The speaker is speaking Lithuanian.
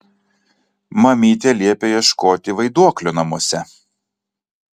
mamytė liepė ieškoti vaiduoklio namuose